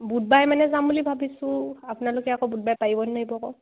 বুধবাৰে মানে যাম বুলি ভাবিছোঁ আপোনালোকে আকৌ বুধবাৰে পাৰিব নোৱাৰিব আকৌ